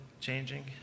changing